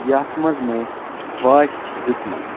یَتھ منٛز مےٚ واچ دیُتمَس